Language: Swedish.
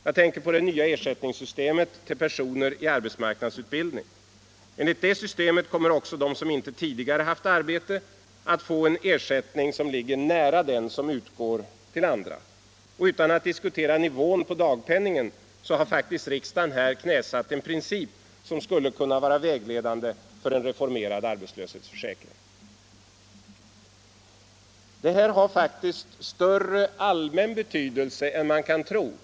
Jag tänker på det nya systemet för ersättning till personer i arbetsmarknadsutbildning. Enligt det systemet kommer också de som inte tidigare haft arbete att få en ersättning som ligger nära den som utgår till andra. Utan att diskutera nivån på dagpenningen har riksdagen här knäsatt en princip som borde kunna vara vägledande för en reformerad arbetslöshetsförsäkring. Detta har större allmän betydelse än man kan tro.